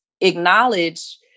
acknowledge